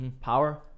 power